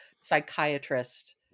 psychiatrist